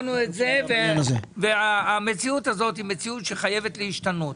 אמרנו את זה, והמציאות היא מציאות שחייבת להשתנות.